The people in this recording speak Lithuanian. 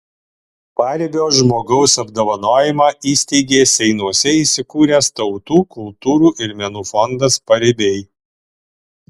paribio žmogaus apdovanojimą įsteigė seinuose įsikūręs tautų kultūrų ir menų fondas paribiai